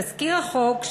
תזכיר החוק,